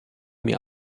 mir